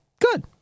good